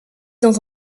dans